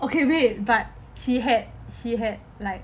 okay wait but he had he had like